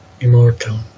immortal